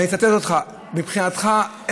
מבחינתך,